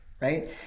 right